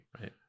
Right